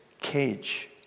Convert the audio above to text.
cage